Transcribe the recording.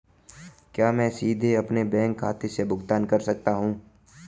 क्या मैं सीधे अपने बैंक खाते से भुगतान कर सकता हूं?